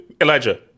Elijah